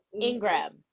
Ingram